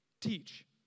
Teach